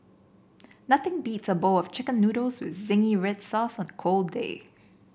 nothing beats a bowl of chicken noodles with zingy red sauce on a cold day